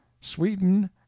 sweden